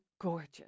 gorgeous